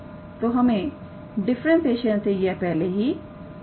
तो हमें डिफरेंसेशन से यह पहले ही पता है